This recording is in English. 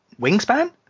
wingspan